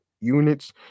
units